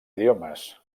idiomes